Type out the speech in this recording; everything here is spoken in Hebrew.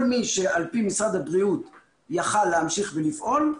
כל מי שעל פי משרד הבריאות יכול היה להמשיך ולפעול,